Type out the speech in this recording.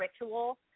ritual